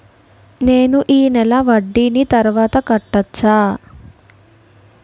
నేను ఈ నెల వడ్డీని తర్వాత కట్టచా?